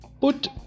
put